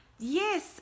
Yes